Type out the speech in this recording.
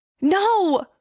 No